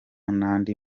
n’andi